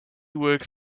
works